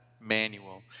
manual